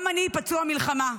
גם אני פצוע מלחמה.